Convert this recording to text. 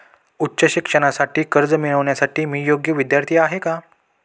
उच्च शिक्षणासाठी कर्ज मिळविण्यासाठी मी योग्य विद्यार्थी आहे का?